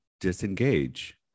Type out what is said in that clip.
disengage